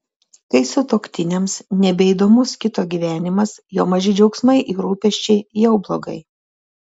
kai sutuoktiniams nebeįdomus kito gyvenimas jo maži džiaugsmai ir rūpesčiai jau blogai